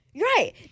Right